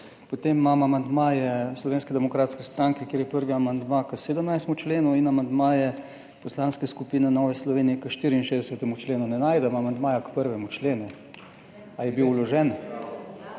Potem imamo amandmaje Slovenske demokratske stranke, kjer je prvi amandma k 17. členu in amandmaje Poslanske skupine Nove Slovenije k 64. členu. Ne najdem amandmaja k 1. členu. Ali je bil vložen?